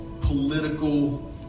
political